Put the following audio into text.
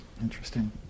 Interesting